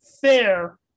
fair